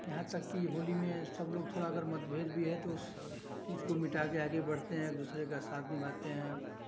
यहाँ तक की होली में सब लोग थोड़ा अगर मतभेद भी है तो उस चीज को मिटा के आगे बढ़ते हैं एक दूसरे का साथ निभाते हैं